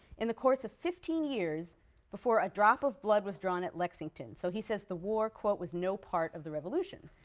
in the course of fifteen years before a drop of blood was drawn at lexington. so he says the war, quote, was no part of the revolution.